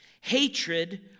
hatred